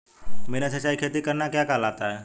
बिना सिंचाई खेती करना क्या कहलाता है?